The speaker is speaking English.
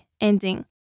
ending